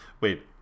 wait